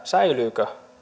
säilyykö